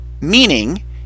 meaning